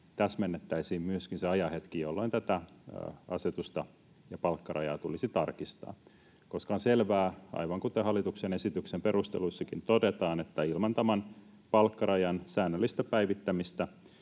täsmennettäisiin myöskin se ajanhetki, jolloin tätä asetusta ja palkkarajaa tulisi tarkistaa. On selvää, aivan kuten hallituksen esityksen perusteluissakin todetaan, että ilman tämän palkkarajan säännöllistä päivittämistä